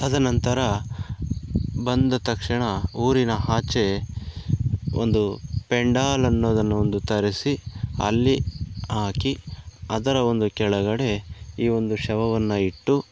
ತದನಂತರ ಬಂದ ತಕ್ಷಣ ಊರಿನ ಆಚೆ ಒಂದು ಪೆಂಡಾಲ್ ಅನ್ನೋದನ್ನು ಒಂದು ತರಿಸಿ ಅಲ್ಲಿ ಹಾಕಿ ಅದರ ಒಂದು ಕೆಳಗಡೆ ಈ ಒಂದು ಶವವನ್ನು ಇಟ್ಟು